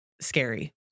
scary